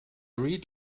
read